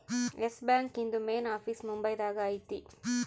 S Bank ಇಂದು main office Mumbai ದಾಗ ಐತಿ ಅಂತ